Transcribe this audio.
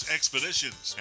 Expeditions